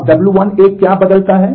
अब w1 क्या बदलता है